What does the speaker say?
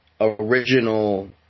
original